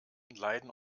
leiden